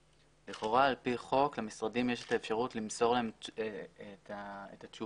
לכאורה על פי חוק למשרדים יש את האפשרות למסור להם את התשובה.